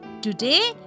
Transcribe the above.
Today